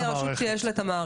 חובה על רשות שיש לה את המערכת.